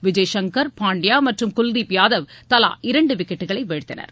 விஜய்சங்கர் பாண்டியா மற்றும் குல்தீப் யாதவ் தலா இரண்டு விக்கெட்டுக்களை வீழ்த்தினர்